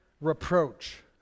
reproach